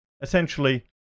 Essentially